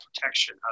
protection